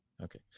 Okay